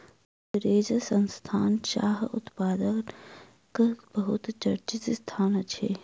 गोदरेज संस्थान चाह उत्पादनक बहुत चर्चित संस्थान अछि